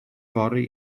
fory